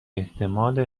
احتمال